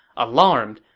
alarmed,